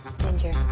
Ginger